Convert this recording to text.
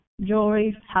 Jewelry